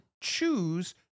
choose